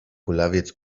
kulawiec